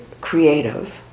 creative